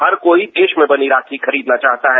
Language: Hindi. हर कोई देश में बनी राखी खरीदना चाहता है